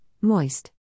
Moist